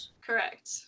Correct